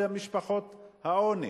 למשפחות העוני?